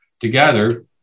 together